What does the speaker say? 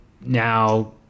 now